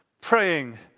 praying